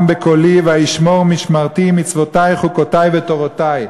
בקֹלי וישמר משמרתי מצוֹתי חֻקותי ותורֹתָי".